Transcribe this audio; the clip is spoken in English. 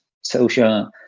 social